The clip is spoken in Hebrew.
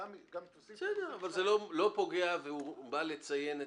יש הערות לסעיף 25ג?